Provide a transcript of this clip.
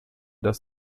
dass